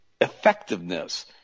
effectiveness